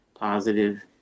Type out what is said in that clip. positive